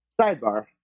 Sidebar